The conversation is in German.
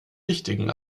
wichtigen